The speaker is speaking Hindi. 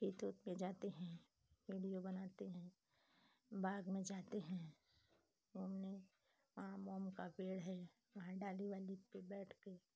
खेत ओत में जाते हैं वीडियो बनाते हैं बाग में जाते हैं घूमने आम वाम का पेड़ है वहाँ डाली वाली पर बैठ कर